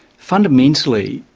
fundamentally,